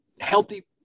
healthy